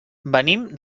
venim